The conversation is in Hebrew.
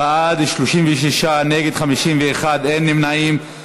בעד, 36, נגד, 51, אין נמנעים.